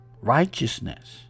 righteousness